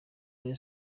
rayon